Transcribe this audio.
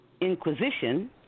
inquisition